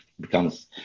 becomes